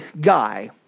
guy